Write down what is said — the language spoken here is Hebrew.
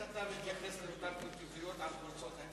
איך אתה מתייחס לאותן כתוביות על חולצות הצוות